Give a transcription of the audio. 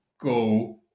go